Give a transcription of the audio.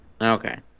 Okay